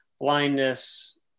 blindness